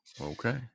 Okay